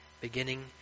Beginning